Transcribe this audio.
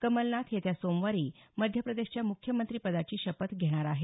कमलनाथ येत्या सोमवारी मध्यप्रदेशच्या मुख्यमंत्रिपदाची शपथ घेणार आहेत